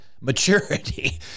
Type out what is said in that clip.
Maturity